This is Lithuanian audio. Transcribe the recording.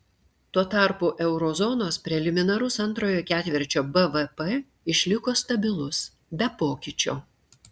tuo tarpu euro zonos preliminarus antrojo ketvirčio bvp išliko stabilus be pokyčio